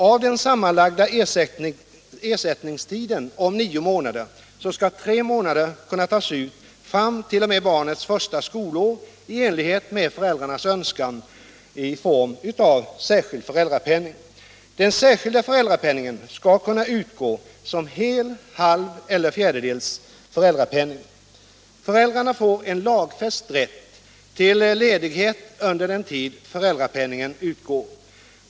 Av den sammanlagda ersättningstiden om nio månader skall tre månader kunna tas ut fram t.o.m. barnets första skolår i enlighet med föräldrarnas önskan i form av särskild föräldrapenning. Den särskilda föräldrapenningen skall kunna utgå som hel, halv eller fjärdedels föräldrapenning. Föräldrarna får lagfäst rätt till ledighet under den tid föräldrapenningen utgår.